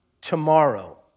tomorrow